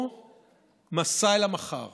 או מסע אל המחר